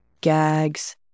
gags